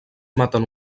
maten